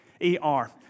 E-R